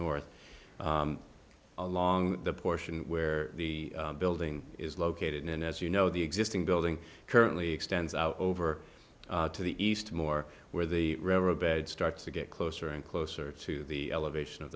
north along the portion where the building is located and as you know the existing building currently extends out over to the east more where the riverbed starts to get closer and closer to the elevation of